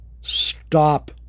stop